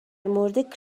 مورد